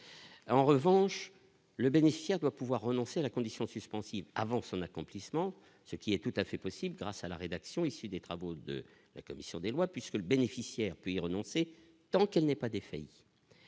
en revanche, le bénéficiaire doit pouvoir renoncer à la condition suspensive avant son accomplissement, ce qui est tout à fait possible grâce à la rédaction issue des travaux de la commission des lois, puisque le bénéficiaire peut y renoncer tant qu'elle n'est pas d'effet